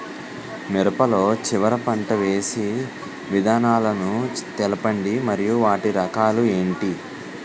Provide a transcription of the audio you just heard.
మిరప లో చివర పంట వేసి విధానాలను తెలపండి మరియు వాటి రకాలు ఏంటి